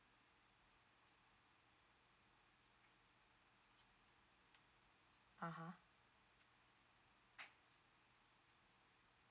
(uh huh)